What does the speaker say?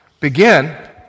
begin